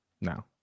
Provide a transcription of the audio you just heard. No